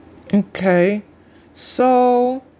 okay so